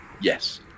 Yes